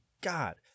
God